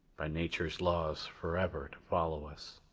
by nature's laws forever to follow us.